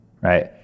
right